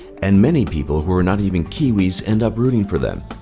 and many people who are not even kiwis end up rooting for them.